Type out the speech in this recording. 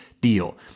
deal